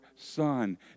Son